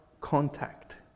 contact